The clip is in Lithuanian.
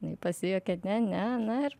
jinai pasijuokė ne ne na ir